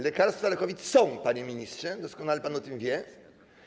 Lekarstwa na COVID są, panie ministrze, doskonale pan o tym wie.